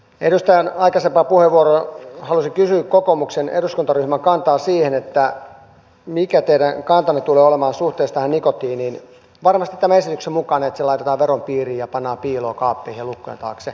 edustajan aikaisemmasta puheenvuorosta haluaisin kysyä kokoomuksen eduskuntaryhmän kantaa siihen mikä teidän kantanne tulee olemaan suhteessa tähän nikotiiniin varmasti tämän esityksen mukaan että se laitetaan veron piirin ja pannaan piiloon kaappiin ja lukkojen taakse